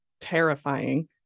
Terrifying